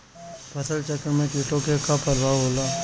फसल चक्रण में कीटो का का परभाव होला?